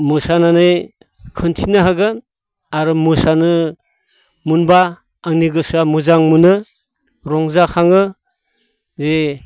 मोसानानै खोन्थिनो हागोन आरो मोसानो मोनब्ला आंनि गोसोआ मोजां मोनो रंजाखाङो जे